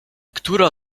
która